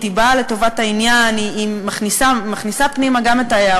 היא באה לטובת העניין,